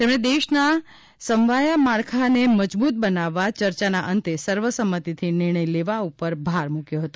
તેમણે દેશના સમવાયા માળખાને મજબૂત બનાવવા ચર્ચાના અંતે સર્વસંમતીથી નિર્ણય લેવા ઉપર ભાર મૂક્યો હતો